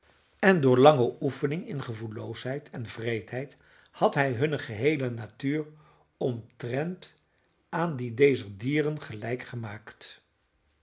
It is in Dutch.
en door lange oefening in gevoelloosheid en wreedheid had hij hunne geheele natuur omtrent aan die dezer dieren gelijk gemaakt